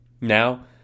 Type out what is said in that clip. Now